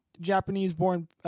Japanese-born